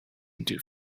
into